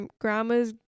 grandma's